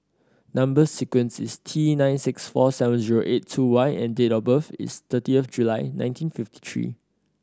number sequence is T nine six four seven zero eight two Y and date of birth is thirty of July nineteen fifty three